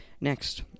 Next